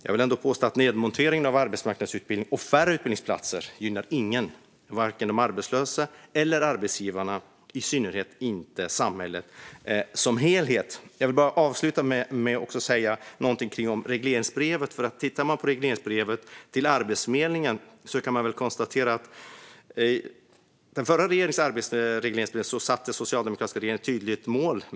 Jag vill ändå påstå att nedmonteringen av arbetsmarknadsutbildningen och minskningen av antalet utbildningsplatser inte gynnar någon, vare sig de arbetslösa eller arbetsgivarna och i synnerhet inte samhället som helhet. Jag vill avsluta med att säga något om regleringsbrevet. Man kan titta på regleringsbrevet för Arbetsförmedlingen. Man kan väl konstatera att i den förra regeringens regleringsbrev satte den socialdemokratiska regeringen upp ett tydligt mål.